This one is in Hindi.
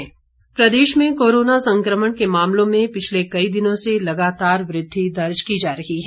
हिमाचल कोरोना प्रदेश में कोरोना संक्रमण के मामलों में पिछले कई दिनों से लगातार वृद्वि दर्ज की जा रही है